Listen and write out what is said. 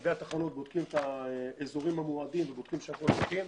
מפקדי התחנות בודקים את האזורים המועדים ובודקים שהכול תקין.